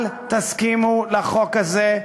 אל תסכימו לחוק הזה.